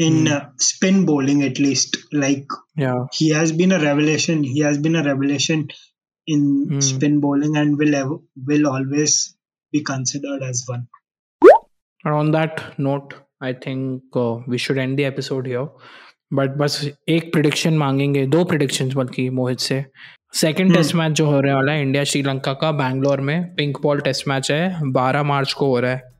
in, Hmm. uh, spin bowling at least. Like, Yeah. he has been a revelation. He has been a revelation in Hmm. spin bowling and will ev- will always be considered as one. And on that note, I think, uh, we should end the episode here. But, बस Mm. एक prediction मांगेंगे, दो predictions बल्कि, मोहित से। Second Hmm. test match जो हो रहे वाला है, India-Sri Lanka का, Bangalore में, pink ball test match है, 12 मार्च को हो रहा है।